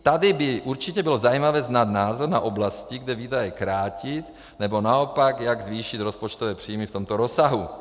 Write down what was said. Tady by určitě bylo zajímavé znát názor na oblasti, kde výdaje krátit, nebo naopak jak zvýšit rozpočtové příjmy v tomto rozsahu.